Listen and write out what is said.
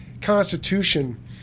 constitution